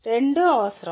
రెండూ అవసరం